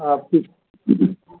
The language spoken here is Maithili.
आओर ठीक के के छथि